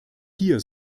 hier